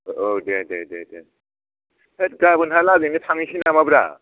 औ दे दे दे हैद गाबोनहालागैनो थांनोसै नामाब्रा